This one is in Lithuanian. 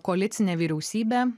koalicinė vyriausybė